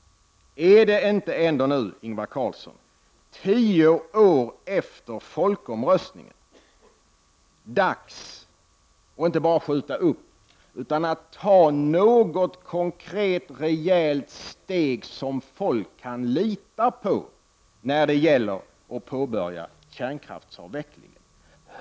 Är det inte nu, Ingvar Carlsson, tio år efter folkomröstningen, dags att inte bara skjuta upp utan att ta något konkret, rejält steg, som folk kan lita på, mot att påbörja kärnkraftsavvecklingen?